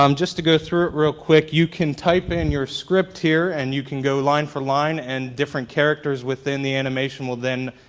um just to go through it real quick you can type in your script here and you can go line for line and different characters within the animation will then